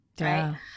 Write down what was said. Right